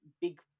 big